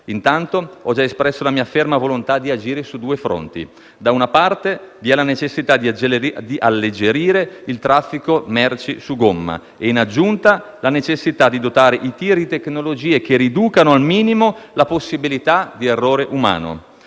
Intanto, ho già espresso la mia ferma volontà di agire su due fronti. Da una parte, vi è la necessità di alleggerire il traffico merci su gomma e, in aggiunta, la necessità di dotare i tir di tecnologie che riducano al minimo la possibilità di errore umano.